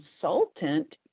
consultant